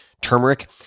Turmeric